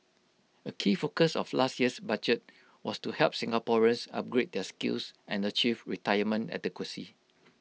A key focus of last year's budget was to help Singaporeans upgrade their skills and achieve retirement adequacy